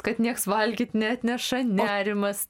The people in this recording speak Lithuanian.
kad nieks valgyt neatneša nerimas